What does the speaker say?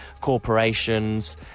corporations